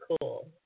cool